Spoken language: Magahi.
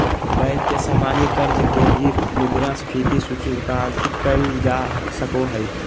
बैंक के सामान्य कर्ज के भी मुद्रास्फीति सूचकांकित कइल जा सको हइ